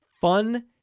fun